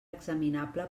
examinable